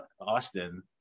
Austin